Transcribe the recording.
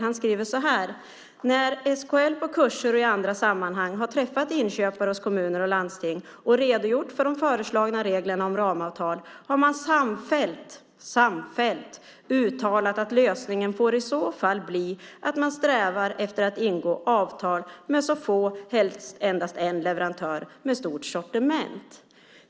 Han skriver så här: När SKL på kurser och i andra sammanhang har träffat inköpare hos kommuner och landsting och redogjort för de föreslagna reglerna om ramavtal har man samfällt uttalat att lösningen i så fall får bli att man strävar efter att ingå avtal med så få leverantörer som möjligt, helst endast en, med stort sortiment.